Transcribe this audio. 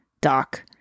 Doc